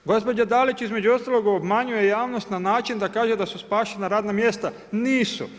Gospođa Dalić, između ostalog obmanjuje javnost, na način da kaže da su spašena radna mjesta, nisu.